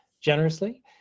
generously